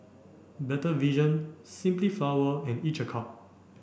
Better Vision Simply Flowers and Each a cup